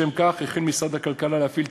לשם כך החל משרד הכלכלה להפעיל,